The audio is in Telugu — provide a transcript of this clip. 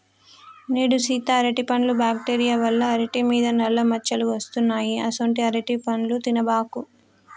నేడు సీత అరటిపండ్లు బ్యాక్టీరియా వల్ల అరిటి మీద నల్ల మచ్చలు వస్తున్నాయి అసొంటీ అరటిపండ్లు తినబాకు